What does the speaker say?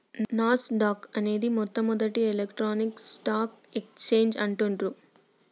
నాస్ dock అనేది మొట్టమొదటి electronic stock exchange అంటుండ్రు